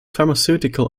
pharmaceutical